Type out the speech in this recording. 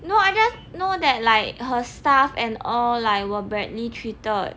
no I just know that like her staff and all were badly treated